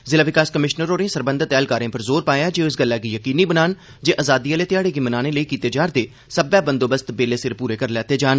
जिला विकास कमिशनर होरें सरबंधत ऐहलकारें पर जोर पाया जे ओह इस गल्लै गी यकीनी बनान जे आजादी आहले ध्याड़े गी मनाने लेई कीते जा'रदे सब्बै बंदोबस्त बेल्ले सिर पूरे करी लैते जान